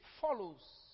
follows